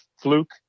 fluke